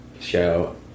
show